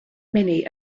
many